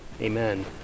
Amen